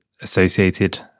associated